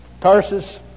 Tarsus